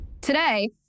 Today